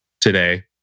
today